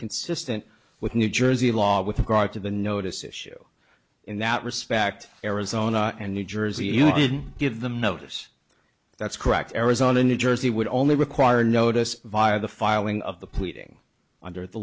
consistent with new jersey law with regard to the notice issue in that respect arizona and new jersey you didn't give them notice that's correct arizona new jersey would only require notice via the filing of the pleading under the